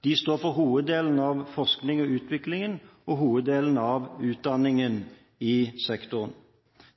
de står for hoveddelen av forskningen og utviklingen og hoveddelen av utdanningen i sektoren.